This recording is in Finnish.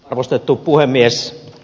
arvostettu puhemies